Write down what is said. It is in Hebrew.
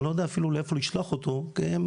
אני לא יודע אפילו לאיפה לשלוח אותו כי הם